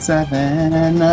Seven